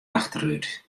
achterút